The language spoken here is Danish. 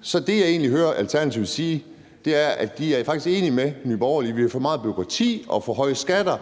Så det, jeg egentlig hører Alternativet sige, er, at de faktisk er enige med Nye Borgerlige; vi har for meget bureaukrati og for høje skatter,